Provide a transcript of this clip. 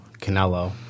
Canelo